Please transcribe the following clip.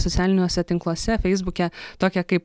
socialiniuose tinkluose feisbuke tokią kaip